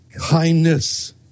kindness